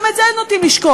גם את זה נוטים לשכוח.